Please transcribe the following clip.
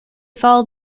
followed